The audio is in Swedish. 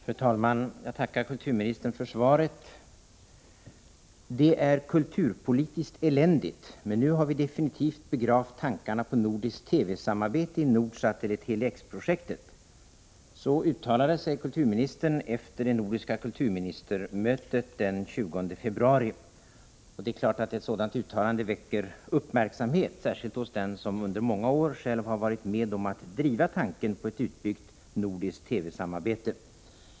Fru talman! Jag tackar kulturministern för svaret. ”Det är kulturpolitiskt eländigt, men nu har vi definitivt begravt tankarna på nordiskt TV-samarbete i Nordsat eller Tele-X-projektet”. Så uttalade sig kulturministern efter det nordiska kulturministermötet den 20 februari. Det är klart att ett sådant uttalande väcker uppmärksamhet, särskilt hos den som under många år själv har varit med om att driva tanken på ett utbyggt nordiskt TV-samarbete.